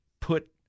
put